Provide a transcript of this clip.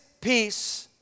peace